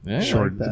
Short